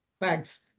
Thanks